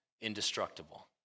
indestructible